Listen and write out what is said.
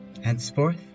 henceforth